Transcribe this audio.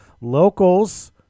Locals